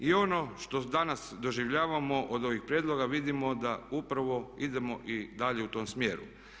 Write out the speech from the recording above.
I ono što danas doživljavamo od ovih prijedloga vidimo da upravo idemo i dalje u tom smjeru.